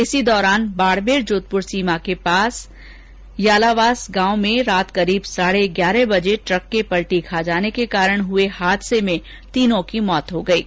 इस दौरान बाड़मेर जोधपूर सीमा के पास यालावास गांव में रात करीब साढे ग्यारह बजे ट्रक के पलटी खा जाने के कारण हुए हादसे में उनकी मौत हो गयी